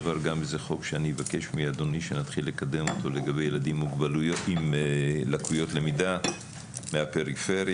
עבר חוק לגבי ילדים עם לקויות למידה מהפריפריה,